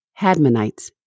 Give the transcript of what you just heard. Hadmonites